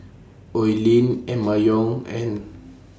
Oi Lin Emma Yong and